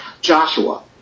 Joshua